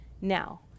Now